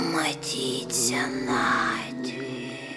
matyt senatvė